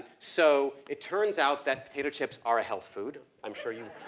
so it turns out that potato chips are a health food. i'm sure you